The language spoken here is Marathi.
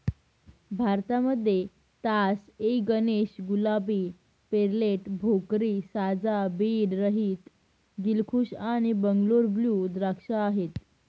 भारतामध्ये तास ए गणेश, गुलाबी, पेर्लेट, भोकरी, साजा, बीज रहित, दिलखुश आणि बंगलोर ब्लू द्राक्ष आहेत